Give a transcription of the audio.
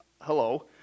hello